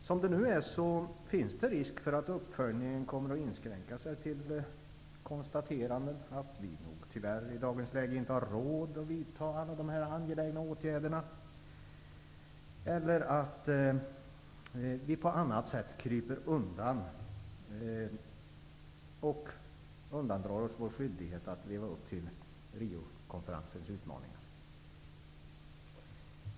Som det nu är finns det risk för att uppföljningen kommer att inskränka sig till konstaterandet att vi tyvärr i dagens läge inte har råd att vidta alla de angelägna åtgärderna eller att vi på annat sätt kryper undan och undandrar oss vår skyldighet att leva upp till Riokonferensens utmaningar.